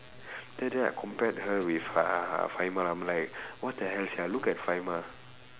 then then I compared her with uh I'm like what the hell sia look at